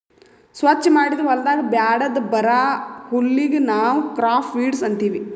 ಸ್ವಚ್ ಮಾಡಿದ್ ಹೊಲದಾಗ್ ಬ್ಯಾಡದ್ ಬರಾ ಹುಲ್ಲಿಗ್ ನಾವ್ ಕ್ರಾಪ್ ವೀಡ್ಸ್ ಅಂತೀವಿ